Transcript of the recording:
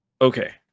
Okay